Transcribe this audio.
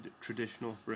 traditional